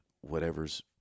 whatever's